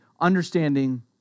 understanding